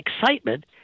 excitement